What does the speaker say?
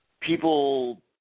people